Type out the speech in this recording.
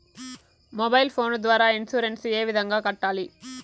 mobile phone ద్వారా insurance ఏ విధంగా కట్టాలి